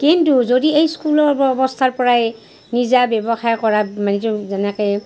কিন্তু যদি এই স্কুলৰ অৱস্থাৰ পৰাই নিজা ব্যৱসায় কৰাত যেনেকে